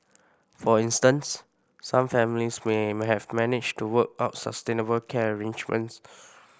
for instance some families may have managed to work out sustainable care arrangements